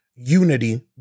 Unity